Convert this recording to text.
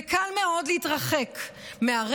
זה קל מאוד להתרחק מהרגש,